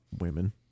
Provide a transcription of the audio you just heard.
women